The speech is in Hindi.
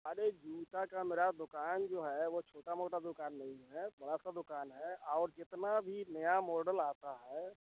अरे जूता का मेरा दुकान जो है वह छोटा मोटा दुकान नहीं है बड़ा सा दुकान है और जितना भी नया मॉडल आता है